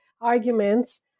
arguments